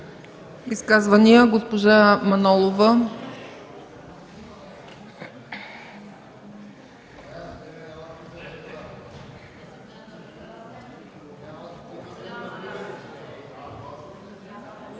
Изказвания? Госпожа Манолова.